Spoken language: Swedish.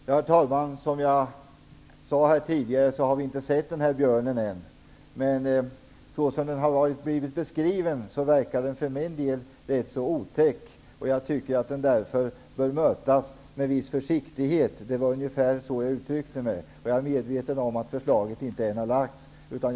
Herr talman! Som jag sade tidigare har vi inte sett den här björnen. Men såsom den har blivit beskriven tycker jag för min del att den verkar vara ganska otäck. Jag tycker därför att den bör mötas med viss försiktighet. Det var ungefär så jag uttryckte mig. Jag är medveten om att förslaget ännu inte har lagts fram.